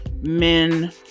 men